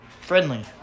friendly